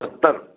सत्तर